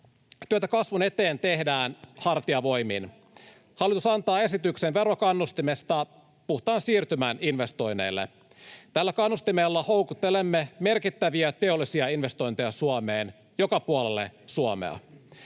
Työtä kasvun eteen tehdään hartiavoimin. Hallitus antaa esityksen verokannustimesta puhtaan siirtymän investoinneille. Tällä kannustimella houkuttelemme merkittäviä teollisia investointeja Suomeen — joka puolelle Suomea.